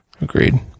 agreed